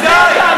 עזבי אותם,